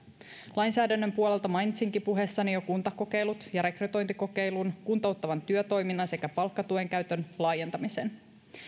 lainsäädännön puolelta mainitsinkin puheessani jo kuntakokeilut ja rekrytointikokeilun kuntouttavan työtoiminnan sekä palkkatuen käytön laajentamisen